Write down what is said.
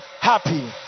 happy